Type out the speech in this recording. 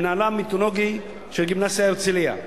מנהלה המיתולוגי של גימנסיה "הרצלייה",